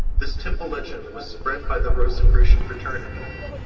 this temple legend was. spread by the rosicrucian fraternity,